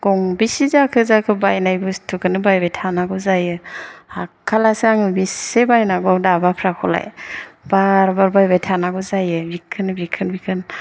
गंबेसे जाखो जाखो बायनाय बुस्थुखौनो बायबाय थानांगौ जायो हाखालासो आङो बेसे बायनांगौ दाबाफ्राखौलाय बार बार बायबाय थानांगौ जायो बिखौनो बिखौनो बिखौनो